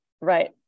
right